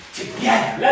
together